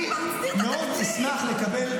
אני מאוד אשמח לקבל,